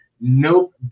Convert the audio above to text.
Nope